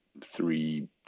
three